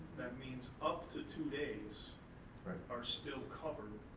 that means up to two days right. are still covered.